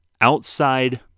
outside